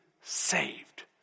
saved